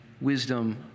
wisdom